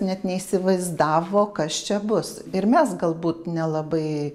net neįsivaizdavo kas čia bus ir mes galbūt nelabai